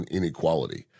inequality